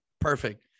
perfect